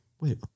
wait